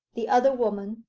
the other woman,